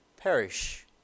perish